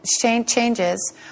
changes